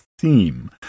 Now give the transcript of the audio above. theme